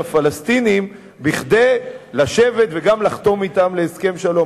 לפלסטינים כדי לשבת וגם לחתום אתם על הסכם שלום.